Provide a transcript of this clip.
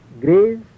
grace